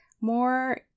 more